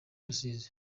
rusizi